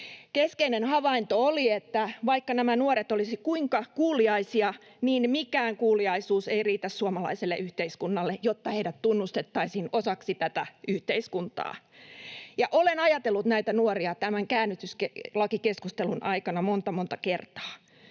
Keskeinen havainto oli, että vaikka nämä nuoret olisivat kuinka kuuliaisia, mikään kuuliaisuus ei riitä suomalaiselle yhteiskunnalle, jotta heidät tunnustettaisiin osaksi tätä yhteiskuntaa. Olen ajatellut näitä nuoria tämän käännytyslakikeskustelun aikana monta, monta